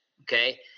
okay